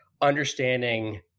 understanding